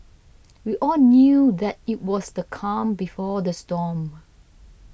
we all knew that it was the calm before the storm